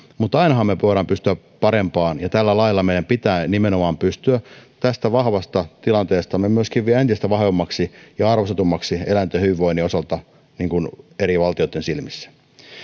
mutta ainahan me voimme pystyä parempaan ja tällä lailla meidän pitää nimenomaan pystyä tästä vahvasta tilanteesta kasvamaan vielä entistä vahvemmaksi ja arvostetummaksi eläinten hyvinvoinnin osalta eri valtioitten silmissä